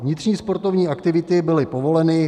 Vnitřní sportovní aktivity byly povoleny.